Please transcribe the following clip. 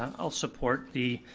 i'll support the,